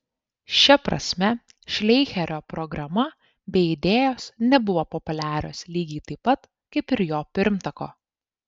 šia prasme šleicherio programa bei idėjos nebuvo populiarios lygiai taip pat kaip ir jo pirmtako